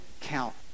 count